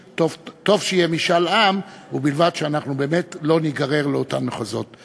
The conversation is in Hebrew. זה משהו שכל אחד וכל אחת יכולים לקבל אותו מהבחינה הזאת.